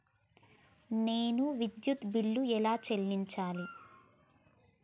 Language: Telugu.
నేను విద్యుత్ బిల్లు ఎలా చెల్లించాలి?